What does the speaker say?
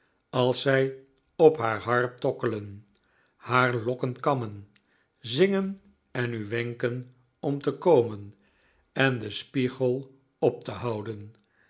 als zij op haar harp tokkelen haar lokken kammen zingen en u wenken om te komen en den spiegel op te houden